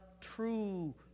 true